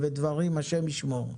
ודברים שהשם ישמור,